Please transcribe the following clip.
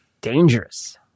Dangerous